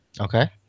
Okay